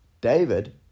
David